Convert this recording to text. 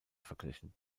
verglichen